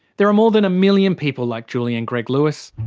there are more than a million people like julie and greg lewis.